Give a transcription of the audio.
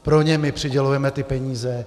Pro ně my přidělujeme ty peníze.